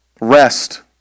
rest